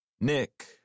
Nick